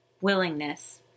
willingness